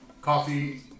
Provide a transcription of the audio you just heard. Coffee